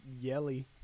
yelly